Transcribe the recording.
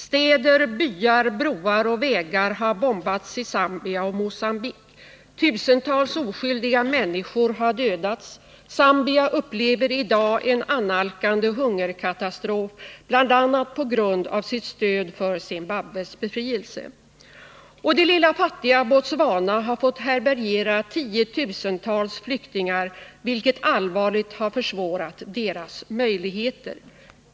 Städer, byar, broar och vägar har bombats i Zambia och Mogambique. Tusentals oskyldiga människor har dödats. Zambia upplever i dag en annalkande hungerkatastrof bl.a. på grund av sitt stöd för Zimbabwes befrielse. Det lilla fattiga Botswana har fått härbärgera tiotusentals flyktingar, vilket allvarligt har försvårat dess möjligheter.